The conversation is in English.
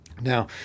Now